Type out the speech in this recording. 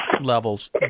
levels